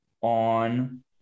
on